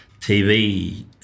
TV